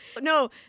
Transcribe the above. no